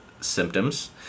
symptoms